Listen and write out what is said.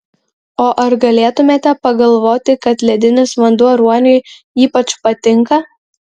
o ar galėtumėte pagalvoti kad ledinis vanduo ruoniui ypač patinka